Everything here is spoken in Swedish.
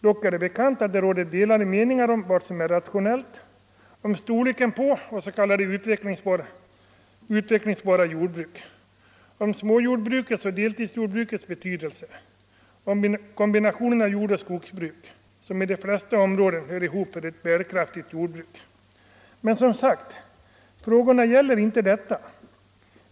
Dock är det bekant att det råder delade meningar om vad som är rationellt - var gränsen vad gäller storleken skall dras för s.k. utvecklingsbara jordbruk, om småjordbrukets och deltidsjordbrukets betydelse och om kombinationen av jordoch skogsbruk, som i de flesta områden hör ihop med ett bärkraftigt jordbruk. Men, som sagt, frågorna gäller inte detta.